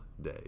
day